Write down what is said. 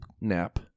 nap